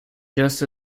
just